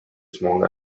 small